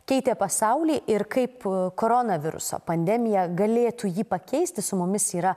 keitė pasaulį ir kaip koronaviruso pandemija galėtų jį pakeisti su mumis yra